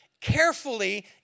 carefully